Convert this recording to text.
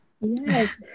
yes